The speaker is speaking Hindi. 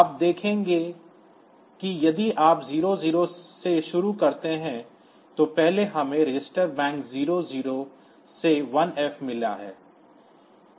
आप देखें कि यदि आप 00 से शुरू करते हैं तो पहले हमें रजिस्टर बैंक 00 से 1F मिला है